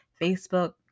Facebook